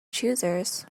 choosers